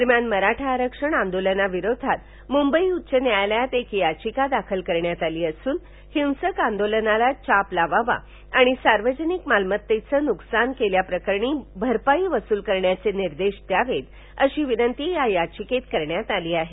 दरम्यान मराठा आरखण आंदोलनाविरोधात मुंबई उच्च न्यालयात एक बाचिका दाखल करण्यात आली असून हिंसक आंदोलनाला चाप लावावा आणि सार्वजनिक मालमत्तांचं नुकसान केल्याप्रकरणी भरपाई वसूल करण्याचे निर्देश द्यावेत अशी विनंती या याचिकेत करण्यात आली आहे